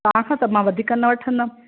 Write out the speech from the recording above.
तव्हां खां त मां वधीक न वठंदमि